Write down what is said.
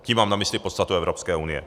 Tím mám na mysli podstatu Evropské unie.